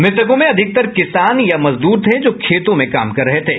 मृतकों में अधिकतर किसान या मजदूर थे जो खेतों में काम कर रहे थे